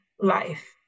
life